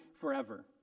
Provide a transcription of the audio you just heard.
forever